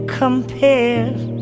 compares